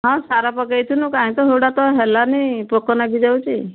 ହଁ ସାର ପକେଇଥିନୁ କାଇଁକି ତ ହେଉଡ଼ା ତ ହେଲାନି ପୋକ ନାଗିଯାଉଛି